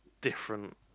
different